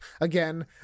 Again